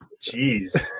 Jeez